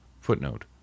Footnote